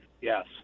Yes